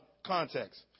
context